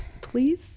please